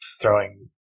Throwing